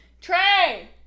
Trey